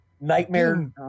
nightmare